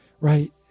right